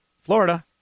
Florida